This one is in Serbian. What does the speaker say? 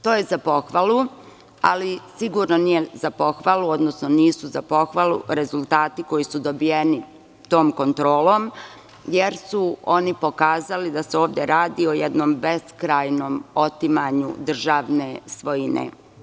To je za pohvalu, ali sigurno nije za pohvalu, odnosno nisu za pohvalu rezultati koji su dobijeni tom kontrolom jer su oni pokazali da se ovde radi o jednom beskrajnom otimanju državne svojine.